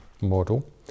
model